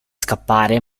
scappare